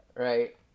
right